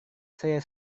saya